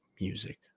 music